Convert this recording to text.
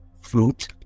fruit